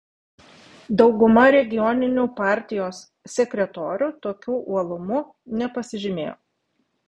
dauguma regioninių partijos sekretorių tokiu uolumu nepasižymėjo